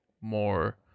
more